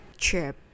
trip